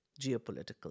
geopolitical